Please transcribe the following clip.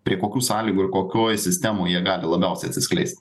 prie kokių sąlygų ir kokioj sistemoj gali labiausiai atsiskleist